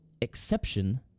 exception